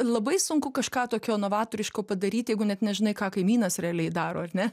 labai sunku kažką tokio novatoriško padaryti jeigu net nežinai ką kaimynas realiai daro ar ne